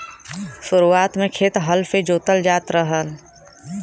शुरुआत में खेत हल से जोतल जात रहल